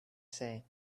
say